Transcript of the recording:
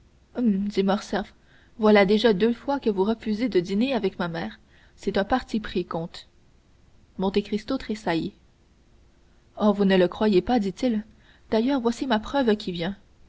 voilà déjà deux fois que vous refusez de dîner avec ma mère c'est un parti pris comte monte cristo tressaillit oh vous ne le croyez pas dit-il d'ailleurs voici ma preuve qui vient